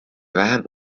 vähem